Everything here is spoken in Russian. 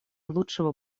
лучшего